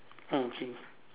okay